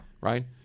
right